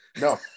No